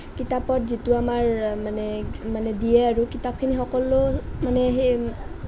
কিতাপত যিটো আমাৰ মানে দিয়ে আৰু কিতাপখিনি সকলো মানে সেই